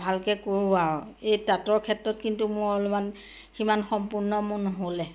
ভালকে কৰোঁ আৰু এই তাঁতৰ ক্ষেত্ৰত কিন্তু মোৰ অলপমান সিমান সম্পূৰ্ণ মোৰ নহ'লে